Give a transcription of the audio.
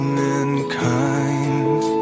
mankind